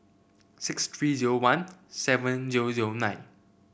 six three zero one seven zero zero nine